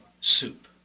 soup